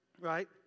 right